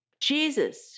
Jesus